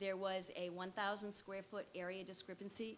there was a one thousand square foot area discrepancy